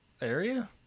area